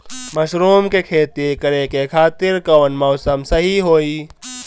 Mushroom के खेती करेके खातिर कवन मौसम सही होई?